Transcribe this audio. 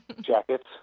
jackets